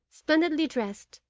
splendidly dressed,